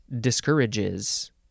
discourages